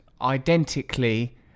identically